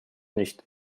nicht